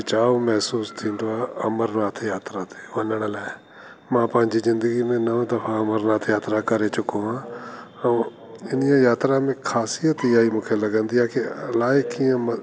खिचाव महिसूस थींदो आहे अमरनाथ यात्रा ते वञण लाइ मां पंहिंजी ज़िंदगी में नव दफ़ा अमरनाथ यात्रा करे चुको आहियां ऐं हिन जे यात्रा में ख़ासियत ईअं ई मूंखे लॻंदी आहे की अलाइ कीअं